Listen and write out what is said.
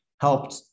helped